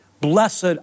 Blessed